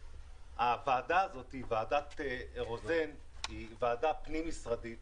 הוועדה הזאת, ועדת רוזן, היא ועדה פנים משרדית